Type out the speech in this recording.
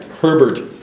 Herbert